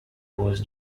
was